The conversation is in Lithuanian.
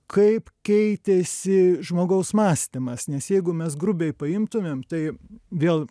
kaip keitėsi žmogaus mąstymas nes jeigu mes grubiai paimtumėm tai vėl